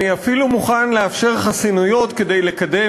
אני אפילו מוכן לאפשר חסינויות כדי לקדם